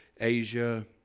Asia